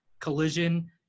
Collision